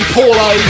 Paulo